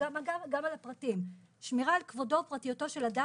את הפרטים: שמירה על כבודו ופרטיותו של אדם,